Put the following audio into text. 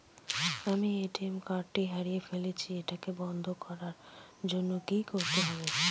আমি ATM card টি হারিয়ে ফেলেছি এটাকে বন্ধ করার জন্য কি করতে হবে?